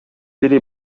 бири